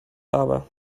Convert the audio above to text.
aber